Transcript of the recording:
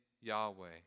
Yahweh